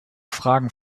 fragen